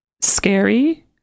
scary